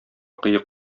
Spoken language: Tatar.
кыек